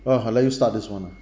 !wah! I let you start this one ah